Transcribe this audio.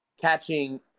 catching